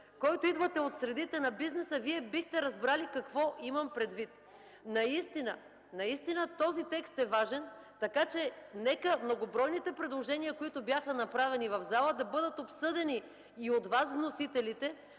който идвате от средите на бизнеса – Вие бихте разбрали какво имам предвид. Наистина този текст е важен, така че нека многобройните предложения, които бяха направени в залата, да бъдат обсъдени и от вас, вносителите,